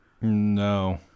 No